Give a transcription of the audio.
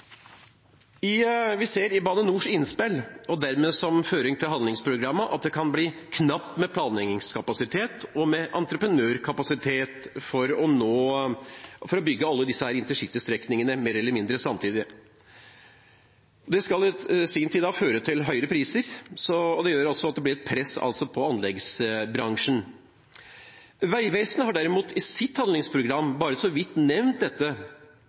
beslutningsgrunnlag. Vi ser i Bane NORs innspill, som dermed også er en føring for handlingsprogrammet, at det kan bli knapt med planleggingskapasitet og entreprenørkapasitet for å bygge alle disse InterCity-strekningene mer eller mindre samtidig. Det skal i sin tur føre til høyere priser, og det gjør at det også blir et press på anleggsbransjen. Vegvesenet, derimot, har i sitt handlingsprogram bare så vidt nevnt dette